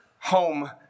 home